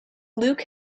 luke